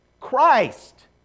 Christ